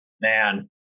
man